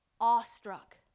awestruck